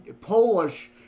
Polish